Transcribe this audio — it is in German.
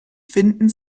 finden